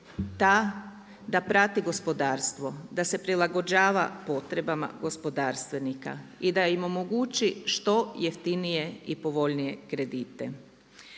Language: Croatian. ta da prati gospodarstvo, da se prilagođava potrebama gospodarstvenika i da im omogući što jeftinije i povoljnije kredite.